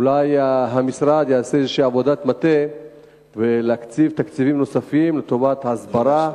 אולי המשרד יעשה איזו עבודת מטה ויקציב תקציבים נוספים לטובת ההסברה,